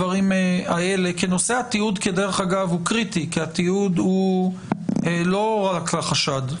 נושא התיעוד הוא קריטי כי התיעוד לא רק החשד.